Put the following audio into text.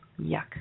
yuck